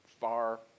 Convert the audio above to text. Far